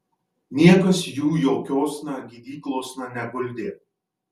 niekas jų jokiosna gydyklosna neguldė